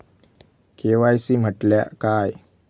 KYC म्हटल्या काय?